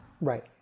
right